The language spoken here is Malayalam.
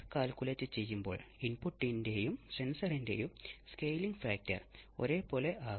അപ്പോൾ നമുക്ക് ആദ്യം ആർസി ഫേസ് ഷിഫ്റ്റ് ഓസിലേറ്റർ കാണാം